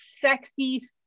sexy